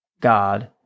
God